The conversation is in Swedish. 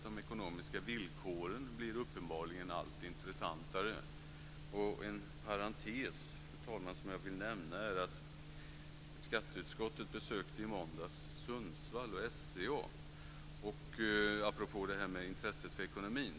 De ekonomiska villkoren blir uppenbarligen allt intressantare. En parentes som jag vill nämna apropå det här med intresset för ekonomin, fru talman, är att skatteutskottet i måndags besökte Sundsvall och SCA.